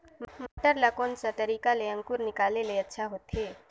मटर ला कोन सा तरीका ले अंकुर निकाले ले अच्छा होथे?